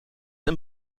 een